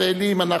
ישראלים אנחנו.